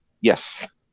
Yes